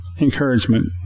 Encouragement